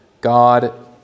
God